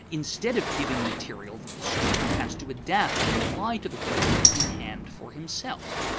instead of giving material that the student has to adapt and apply to the question in hand for himself.